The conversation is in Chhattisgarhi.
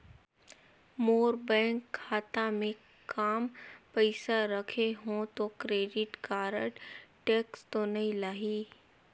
मोर बैंक खाता मे काम पइसा रखे हो तो क्रेडिट कारड टेक्स तो नइ लाही???